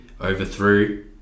overthrew